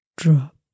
drop